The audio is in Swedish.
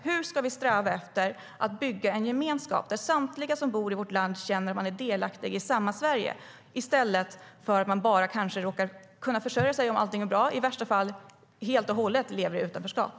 Hur ska vi sträva efter att bygga en gemenskap så att samtliga som bor i vårt land känner att de är delaktiga i samma Sverige i stället för att de, om allting är bra, bara råkar kunna försörja sig eller, i värsta fall, helt och hållet lever i utanförskap?